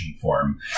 form